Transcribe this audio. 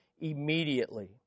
immediately